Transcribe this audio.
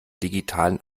digitalen